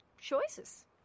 choices